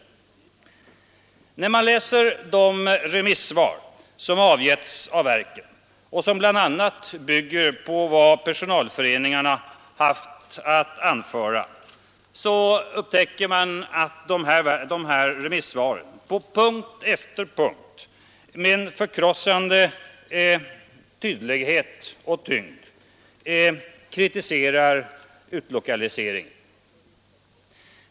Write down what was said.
När man läser de remissvar som avgetts av verken och som bl.a. bygger på vad personalföreningar anfört, upptäcker man att remissvaren på punkt efter punkt med en förkrossande tydlighet och tyngd kritiserar utlokaliseringen.